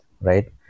right